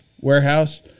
warehouse